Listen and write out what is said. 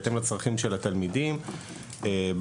בהתאם לצרכים של התלמידים ברשויות.